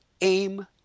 aim